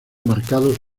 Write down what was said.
marcados